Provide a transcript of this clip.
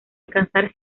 alcanzar